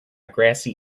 grassy